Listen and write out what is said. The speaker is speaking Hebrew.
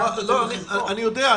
אני יודע.